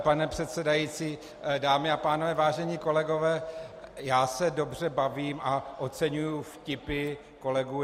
Pane předsedající, dámy a pánové, vážení kolegové, já se dobře bavím a oceňuji vtipy kolegů.